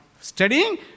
Studying